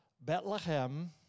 Bethlehem